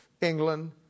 England